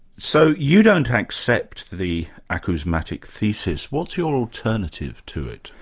so you don't accept the acousmatic thesis. what's your alternative to it?